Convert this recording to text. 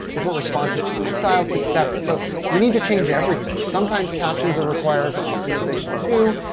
different responses to different styles etcetera. so you need to change everything sometimes captions are required for optimization too.